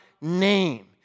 name